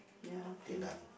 ya thank